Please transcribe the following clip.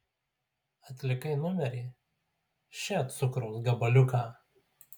atlikai numerį še cukraus gabaliuką